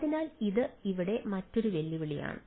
അതിനാൽ അത് ഇവിടെ മറ്റൊരു വെല്ലുവിളിയാണ്